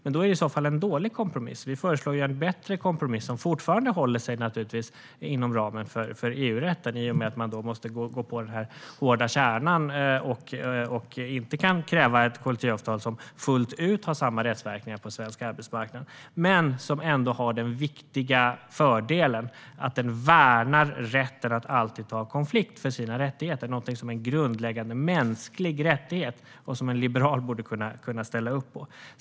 Men det är i så fall en dålig kompromiss. Vi föreslår en bättre kompromiss, som naturligtvis fortfarande håller sig inom ramen för EU-rätten i och med att man måste gå på den hårda kärnan och inte kan kräva ett kollektivavtal som fullt ut har samma rättsverkningar på svensk arbetsmarknad. Men den har ändå den viktiga fördelen att den värnar rätten att alltid ta konflikt för sina rättigheter. Det är en grundläggande mänsklig rättighet som en liberal borde kunna ställa upp på.